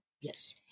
Yes